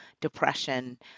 depression